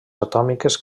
atòmiques